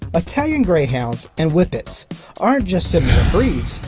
italian greyhounds and whippets aren't just similar breeds,